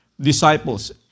disciples